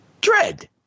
Dread